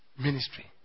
ministry